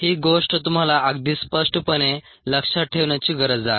ही गोष्ट तुम्हाला अगदी स्पष्टपणे लक्षात ठेवण्याची गरज आहे